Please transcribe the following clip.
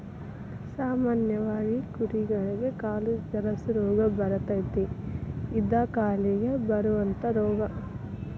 ಸಾಮಾನ್ಯವಾಗಿ ಕುರಿಗಳಿಗೆ ಕಾಲು ಜರಸು ರೋಗಾ ಬರತತಿ ಇದ ಕಾಲಿಗೆ ಬರುವಂತಾ ರೋಗಾ